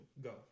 Go